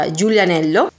Giulianello